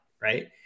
Right